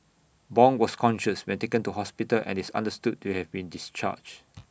Bong was conscious when taken to hospital and is understood to have been discharged